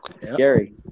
scary